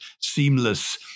seamless